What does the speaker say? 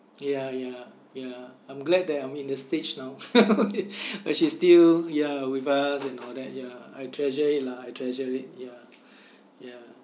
ya ya ya I'm glad that I'm in the stage now when she's still ya with us and all that ya I treasure it lah I treasure it ya ya